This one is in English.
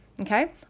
okay